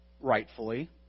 rightfully